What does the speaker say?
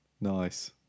Nice